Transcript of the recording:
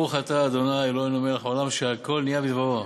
ברוך אתה ה' אלוהינו מלך העולם שהכול נהיה בדברו.